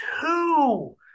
two